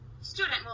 student